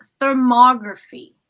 thermography